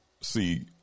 see